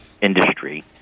industry